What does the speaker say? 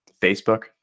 Facebook